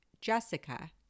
Jessica